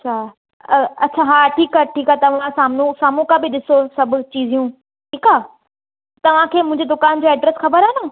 अच्छा अच्छा हा ठीकु आहे ठीकु आहे तव्हां साम्हूं साम्हूं का बि ॾिसो सभु चीजियूं ठीकु आहे तव्हांखे मुंहिंजी दुकानु जो एड्रैस ख़बर आहे ना